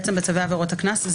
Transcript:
בצווי עבירות הקנס,